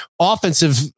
offensive